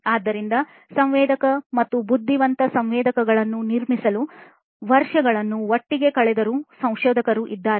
ಆದ್ದರಿಂದ ಸಂವೇದಕ ಮತ್ತು ಬುದ್ಧಿವಂತ ಸಂವೇದಕಗಳನ್ನು ನಿರ್ಮಿಸಲು ವರ್ಷಗಳನ್ನು ಒಟ್ಟಿಗೆ ಕಳೆಯುವ ಸಂಶೋಧಕರು ಇದ್ದಾರೆ